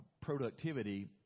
productivity